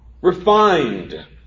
refined